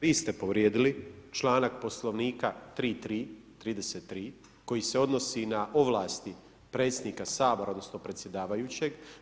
Vi ste povrijedili članak Poslovnika 33 koji se odnosi na ovlasti predsjednika Sabora odnosno predsjedavajućeg.